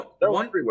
one